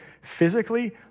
physically